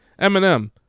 Eminem